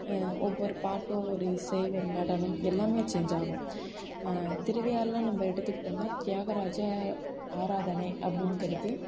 ஒவ்வொரு பாட்டும் ஒரு இசை ஒரு நடனம் எல்லாமே சேஞ்ச் ஆகும் திருவையாறுலாம் நம்ம எடுத்துக்கிட்டோம்னால் தியாகராஜ ஆராதனை அப்படின்கிறது